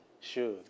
Sure